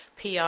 PR